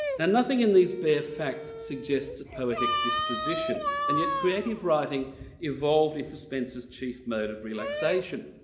and nothing in these bare facts suggest a poetic disposition, and yet creative writing evolved into spencer's chief mode of relaxation.